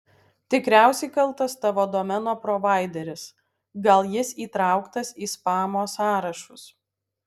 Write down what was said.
tikriausiai kaltas tavo domeno provaideris gal jis įtrauktas į spamo sąrašus